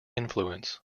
influence